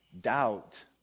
doubt